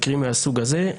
מקרים מהסוג הזה,